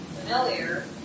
familiar